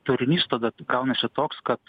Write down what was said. turinys tada gaunasi toks kad